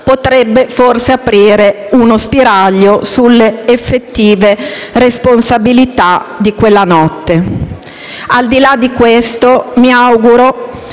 potrebbe forse aprire uno spiraglio sulle effettive responsabilità di quella notte. Al di là di questo, mi auguro